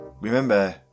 Remember